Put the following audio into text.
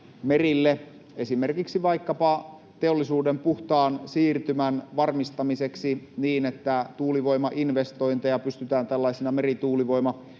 esimerkiksi vaikkapa teollisuuden puhtaan siirtymän varmistamiseksi niin, että tuulivoimainvestointeja pystytään tällaisina merituulivoimainvestointeina